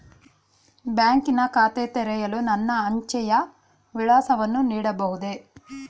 ಬ್ಯಾಂಕಿನ ಖಾತೆ ತೆರೆಯಲು ನನ್ನ ಅಂಚೆಯ ವಿಳಾಸವನ್ನು ನೀಡಬಹುದೇ?